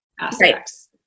aspects